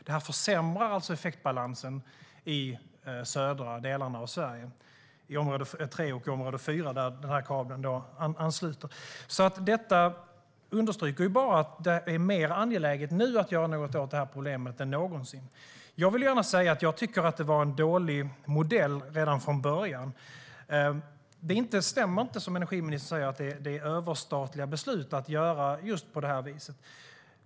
Den försämrar alltså effektbalansen i södra delarna av Sverige, i område 3 och område 4, där kabeln ansluter. Detta understryker bara att det är mer angeläget nu än någonsin att göra något åt det här problemet. Jag vill gärna säga att jag tycker att det var en dålig modell redan från början. Det stämmer inte som energiministern säger att det är överstatliga beslut att göra just på det här viset.